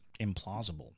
implausible